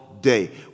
day